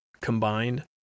combined